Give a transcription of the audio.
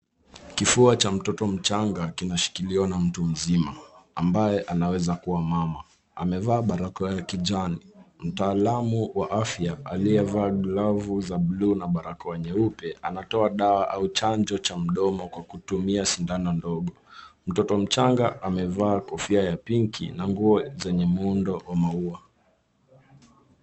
Kifua cha mtoto mchanga kinashikiliwa na mtu mzima, ambaye anaweza kuwa mama, amevaa barakoa ya kijani. Mtaalamu wa afya aliyevaa glovu za buluu na barakoa nyeupe anatoa dawa au chanjo cha mdomo kwa kutumia sindano ndogo. Mtoto mchanga amevaa kofia ya pinki na nguo zenye muundo wa maua.